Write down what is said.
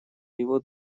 его